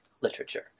literature